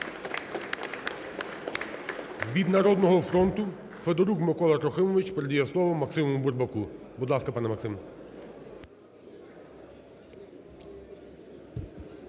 Від "Народного фронту" Федорук Микола Трохимович передає слово Максиму Бурбаку. Будь ласка, пане Максиме.